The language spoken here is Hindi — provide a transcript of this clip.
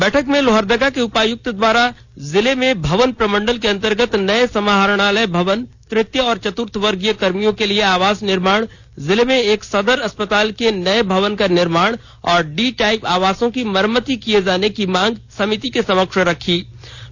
बैठक में लोहरदगा के उपायुक्त द्वारा जिले में भवन प्रमण्डल के अंतर्गत नये समाहरणालय भवन तृतीय और चत्र्थवर्गीय कर्मियों के लिए आवास निर्माण जिले में एक सदर अस्पताल के लिए नये भवन का निर्माण और डी टाइप आवासों की मरम्मती किये जाने की मांग समिति के समक्ष रखी गई